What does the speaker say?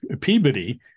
Peabody